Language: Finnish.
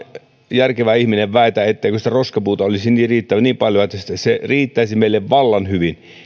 järkevä ihminen väitä etteikö sitä roskapuuta olisi niin paljon se riittäisi meille vallan hyvin